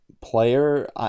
player